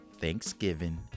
Thanksgiving